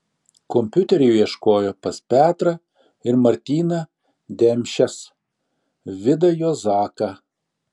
kompiuterių ieškojo pas petrą ir martyną demšes vidą juozaką